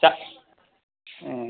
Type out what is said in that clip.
दा ए